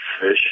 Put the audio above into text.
fish